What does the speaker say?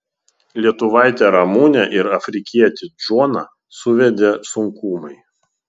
lietuvaitę ramunę ir afrikietį džoną suvedė sunkumai